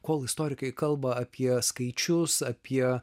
kol istorikai kalba apie skaičius apie